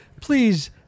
please